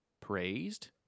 praised